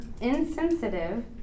insensitive